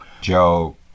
Joe